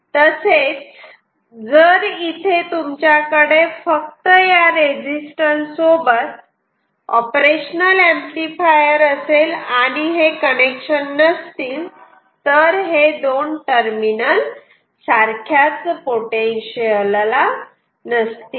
तसेच जर इथे तुमच्याकडे फक्त या रेजिस्टन्स सोबत ऑपरेशनल ऍम्प्लिफायर असेल आणि हे कनेक्शन नसतील तर हे दोन टर्मिनल सारख्याच पोटेन्शियल ला नसतील